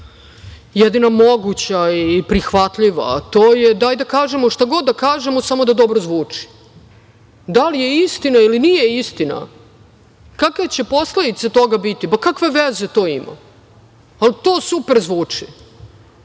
jedina moguća i prihvatljiva, a to je, daj da kažemo šta god da kažemo, samo da dobro zvuči. Da li je istina ili nije istina, kakve će posledice toga biti, pa kakve veze to ima, ali to super zvuči.